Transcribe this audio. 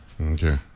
Okay